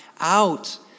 out